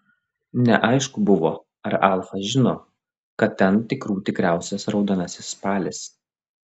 neaišku buvo ar alfa žino kad ten tikrų tikriausias raudonasis spalis